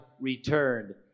returned